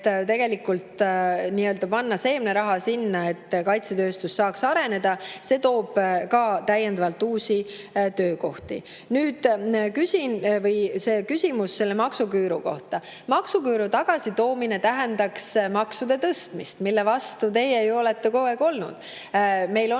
et panna sinna seemneraha, et kaitsetööstus saaks areneda. See toob ka täiendavalt uusi töökohti. Nüüd, küsimus selle maksuküüru kohta. Maksuküüru tagasitoomine tähendaks maksude tõstmist, mille vastu teie olete ju kogu aeg olnud. Nii